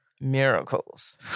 miracles